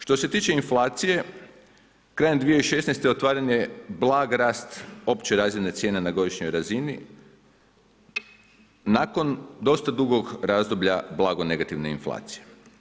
Što se tiče inflacije, krajem 2016. otvaranje blagog rasta opće razine cijena na godišnjoj razini nakon dosta dugog razdoblja blago negativne inflacije.